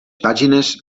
pàgines